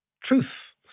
truth